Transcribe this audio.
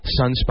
sunspot